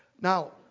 now